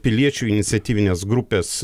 piliečių iniciatyvinės grupės